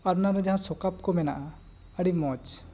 ᱟᱨ ᱚᱱᱟ ᱨᱮ ᱡᱟᱦᱟ ᱥᱚᱠᱟᱯ ᱠᱚ ᱢᱮᱱᱟᱜ ᱟ ᱟᱹᱰᱤ ᱢᱚᱡᱽ